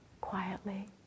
quietly